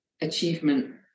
achievement